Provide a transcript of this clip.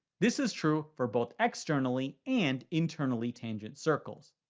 this is true for both externally and internally tangent circles.